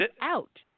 out